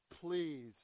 Please